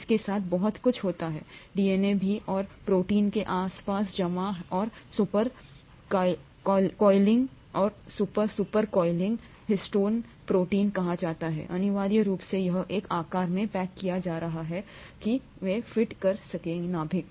इसके साथ बहुत कुछ होता है DNA भी और प्रोटीन के आस पास जमा और सुपर कॉइलिंग और super super coiling histone protein कहा जाता है अनिवार्य रूप से यह एक आकार में पैक किया जा रहा है कि में फिट कर सकते हैं नाभिक